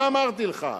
מה אמרתי לך?